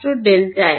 delta x